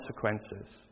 consequences